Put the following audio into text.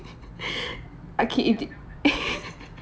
okay if they